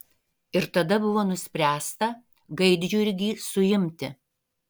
ir tada buvo nuspręsta gaidjurgį suimti